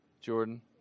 Jordan